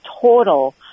total